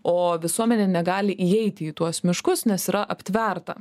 o visuomenė negali įeiti į tuos miškus nes yra aptverta